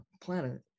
planet